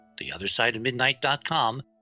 theothersideofmidnight.com